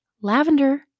lavender